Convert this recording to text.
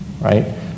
right